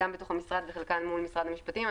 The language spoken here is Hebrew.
גם בתוך המשרד וחלקן מול משרד המשפטים.